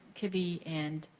kibbie and